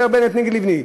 אומר בנט נגד לבני,